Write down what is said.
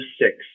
six